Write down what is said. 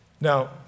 Now